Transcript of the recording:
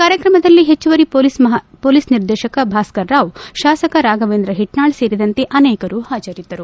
ಕಾರ್ಯಕ್ರಮದಲ್ಲಿ ಹೆಚ್ಚುವರಿ ಪೊಲೀಸ್ ನಿದೇರ್ಶಕ ಭಾಸ್ಕರ್ ರಾವ್ ಶಾಸಕ ರಾಫವೇಂದ್ರ ಹಿಟ್ನಾಳ್ ಸೇರಿದಂತೆ ಅನೇಕರು ಹಾಜರಿದ್ದರು